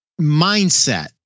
mindset